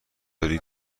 داری